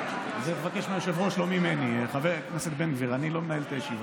חבר הכנסת בן גביר, אני לא מנהל את הישיבה.